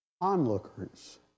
onlookers